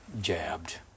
jabbed